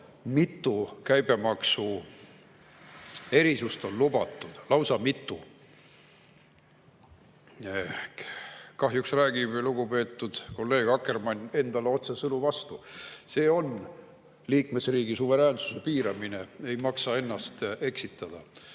mitu käibemaksuerisust on lubatud. Lausa mitu! Kahjuks räägib lugupeetud kolleeg Akkermann endale otsesõnu vastu. See on liikmesriigi suveräänsuse piiramine. Ei maksa ennast eksitada. Aga